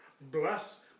Bless